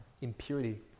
impurity